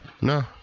No